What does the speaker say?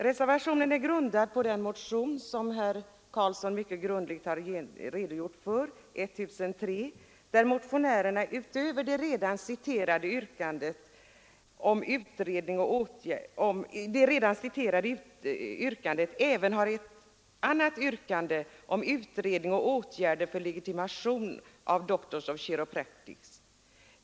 Reservationen är grundad på den motion som herr Carlsson i Vikmanshyttan mycket grundligt redogjort för, motionen 1003, där motionärerna utöver det redan citerade yrkandet ock täller ett yrkande om utredning och åtgärder för legitimation av Doctors of Chiropractic.